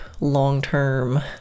long-term